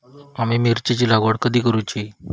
आम्ही मिरचेंची लागवड कधी करूची?